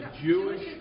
Jewish